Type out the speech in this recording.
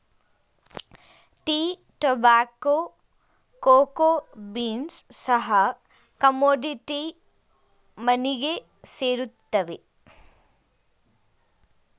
tea, tobacco, cocoa beans ಸಹ commodity ಮನಿಗೆ ಸೇರುತ್ತವೆ